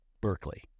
Berkeley